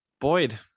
Boyd